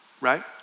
right